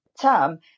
term